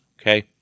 Okay